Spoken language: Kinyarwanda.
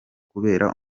kubera